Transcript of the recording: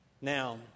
Now